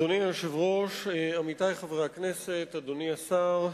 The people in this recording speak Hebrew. אדוני היושב-ראש, עמיתי חברי הכנסת, אדוני השר,